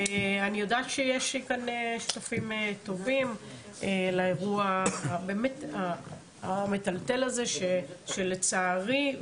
אני יודעת שיש כאן שותפים טובים לאירוע באמת המטלטל הזה שלצערי,